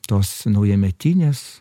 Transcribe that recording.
tos naujametinės